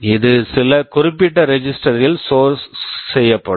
இது சில குறிப்பிட்ட ரெஜிஸ்டெர் register ல் ஸ்டோர் store செய்யப்படும்